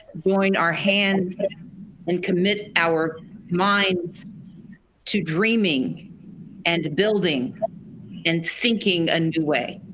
join our hands and commit our minds to dreaming and building and thinking a new way.